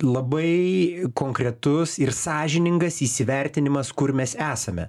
labai konkretus ir sąžiningas įsivertinimas kur mes esame